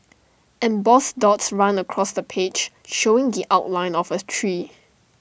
embossed dots run across the page showing outline of A tree